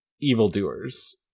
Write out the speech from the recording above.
evildoers